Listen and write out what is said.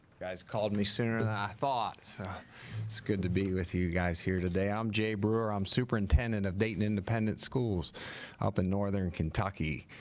guys called me sooner than i thought it's good to be with you guys here today i'm jay brewer i'm superintendent of dayton independent schools up in northern kentucky